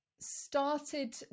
Started